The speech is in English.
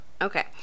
Okay